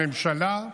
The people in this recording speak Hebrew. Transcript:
הממשלה,